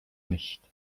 nicht